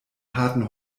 harten